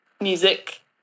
music